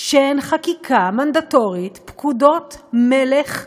שהן חקיקה מנדטורית, פקודות מלך ארכאיות,